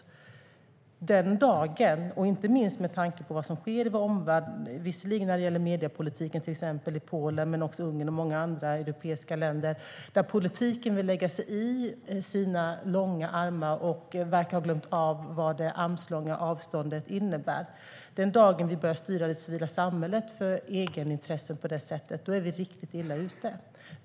Den dagen vi börjar styra det civila samhället utifrån egenintressen är vi riktigt illa ute, inte minst med tanke på vad som sker i vår omvärld, till exempel när det gäller mediepolitiken i Polen men också i Ungern och många andra europeiska länder, där politiken vill lägga sig i med sina långa armar och verkar ha glömt vad det armslånga avståndet innebär.